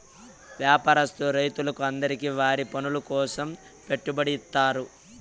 వ్యాపారస్తులకు రైతులకు అందరికీ వారి పనుల కోసం పెట్టుబడి ఇత్తారు